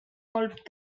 colp